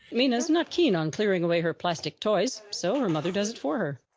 mina's not keen on clearing away her plastic toys so her mother does it for her.